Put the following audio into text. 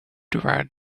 toward